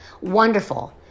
Wonderful